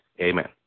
Amen